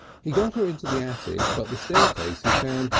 he got her into the attic, but the staircase, he found,